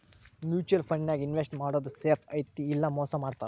mutual ಫಂಡನ್ಯಾಗ invest ಮಾಡೋದ್ safe ಐತಿ ಇಲ್ಲಾ ಮೋಸ ಮಾಡ್ತಾರಾ